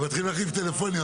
הוא מתחיל להחליף טלפונים,